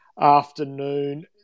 afternoon